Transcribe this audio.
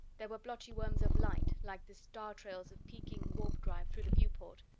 there were blotchy worms of light like the star-trails of peaking warp-drive through the viewport,